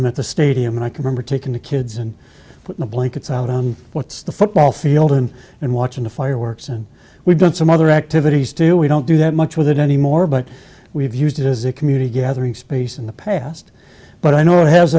them at the stadium like a member taking the kids and the blankets well it's the football field and and watching the fireworks and we've got some other activities do we don't do that much with it anymore but we've used it as a community gathering space in the past but i know it has